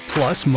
Plus